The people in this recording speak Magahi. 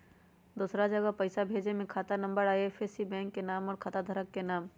दूसरा जगह पईसा भेजे में खाता नं, आई.एफ.एस.सी, बैंक के नाम, और खाता धारक के नाम?